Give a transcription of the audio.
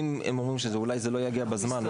אם הם אומרים שזה אולי לא יגיע בזמן,